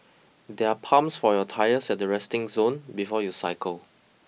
there are pumps for your tyres at the resting zone before you cycle